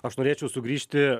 aš norėčiau sugrįžti